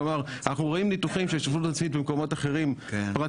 כלומר אנחנו רואים ניתוחים שההשתתפות העצמית במקומות פרטיים